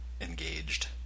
engaged